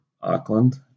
Auckland